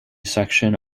section